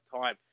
time